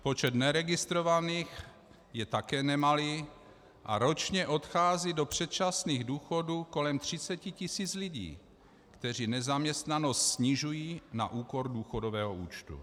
Počet neregistrovaných je také nemalý a ročně odchází do předčasných důchodů kolem 30 tisíc lidí, kteří nezaměstnanost snižují na úkor důchodového účtu.